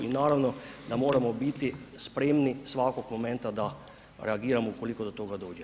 I naravno da moramo biti spremni svakog momenta da reagiramo ukoliko do toga dođe.